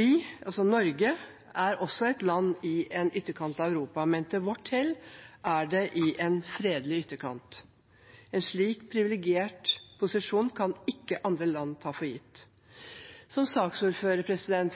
Vi, altså Norge, er også et land i en ytterkant av Europa, men til vårt hell er det i en fredelig ytterkant. En slik privilegert posisjon kan ikke andre land ta for gitt. Som saksordfører